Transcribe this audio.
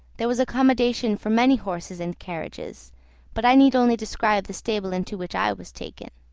there was accommodation for many horses and carriages but i need only describe the stable into which i was taken